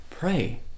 pray